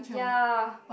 ya